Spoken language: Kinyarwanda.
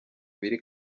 biri